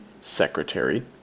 Secretary